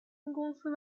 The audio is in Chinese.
公司